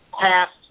past